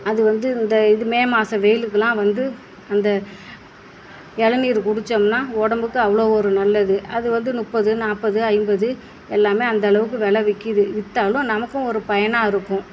அது வந்து இந்த இது மே மாத வெயிலுக்குலாம் வந்து அந்த இளநீர் குடித்தோம்னா உடம்புக்கு அவ்வளோ ஒரு நல்லது அது வந்து முப்பது நாற்பது ஐம்பது எல்லாமே அந்த அளவுக்கு வெலை விற்கிது விற்றாலும் நமக்கும் ஒரு பயனாக இருக்கும்